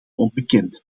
onbekend